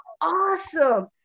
awesome